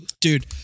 Dude